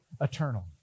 eternal